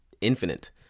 infinite